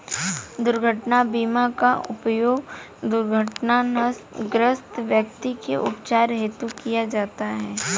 दुर्घटना बीमा का उपयोग दुर्घटनाग्रस्त व्यक्ति के उपचार हेतु किया जाता है